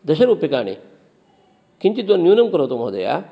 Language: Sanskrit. दशरूप्यकानि किञ्चित् न्यूनं करोतु महोदय